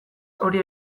hori